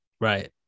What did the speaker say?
right